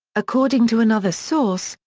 according to another source,